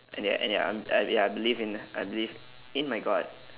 and ya and ya I'm uh ya I believe in I believe in my god